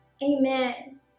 Amen